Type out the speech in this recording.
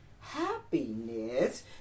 Happiness